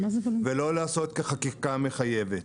ולא לעשות חקיקה מחייבת.